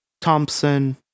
thompson